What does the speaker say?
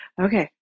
okay